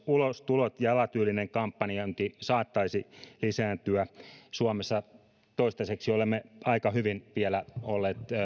ulostulot ja alatyylinen kampanjointi saattaisivat lisääntyä suomessa toistaiseksi olemme aika hyvin vielä olleet